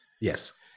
Yes